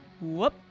Whoop